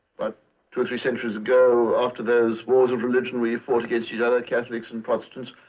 but two or three centuries ago, after those wars of religion we fought against each other, catholics and protestants,